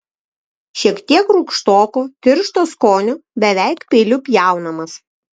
šiek tiek rūgštoko tiršto skonio beveik peiliu pjaunamas